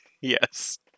Yes